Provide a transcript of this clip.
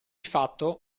fatto